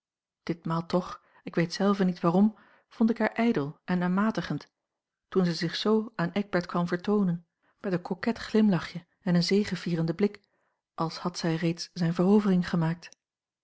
ditmaal toch ik weet zelve niet waarom vond ik haar ijdel en aanmatigend toen zij zich z aan eckbert kwam vertoonen met een coquet glimlachje en een zegevierenden blik als had zij reeds zijne verovering gemaakt